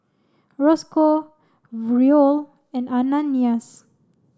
Rosco Roel and Ananias